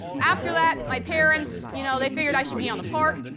after that, my parents, you know, they figured i should be on the park,